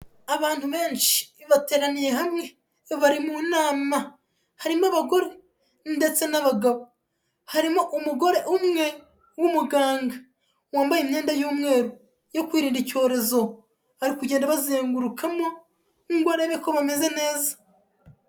Abantu benshi bateraniye hamwe, bari mu nama, harimo abagore ndetse n'abagabo, harimo umugore umwe w'umuganga, wambaye imyenda y'umweru yo kwirinda icyorezo, ari kugenda abazengurukamo ngo arebe ko bameze neza.